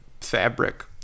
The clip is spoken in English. fabric